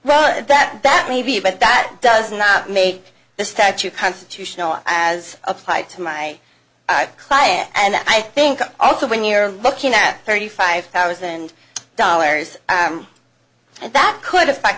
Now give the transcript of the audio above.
that that may be but that does not make the statue constitutional as applied to my client and i think also when you're looking at thirty five thousand dollars that could affect